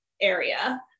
area